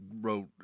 wrote